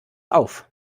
auf